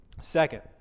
Second